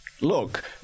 Look